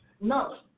No